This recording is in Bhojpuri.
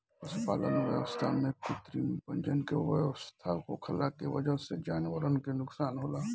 पशुपालन व्यवस्था में कृत्रिम प्रजनन क व्यवस्था होखला के वजह से जानवरन क नोकसान होला